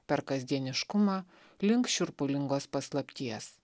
per kasdieniškumą link šiurpulingos paslapties